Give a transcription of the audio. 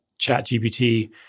ChatGPT